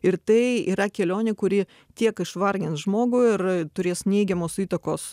ir tai yra kelionė kuri tiek išvargins žmogų ir turės neigiamos įtakos